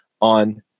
on